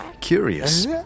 curious